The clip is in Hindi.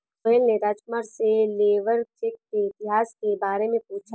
सोहेल ने राजकुमार से लेबर चेक के इतिहास के बारे में पूछा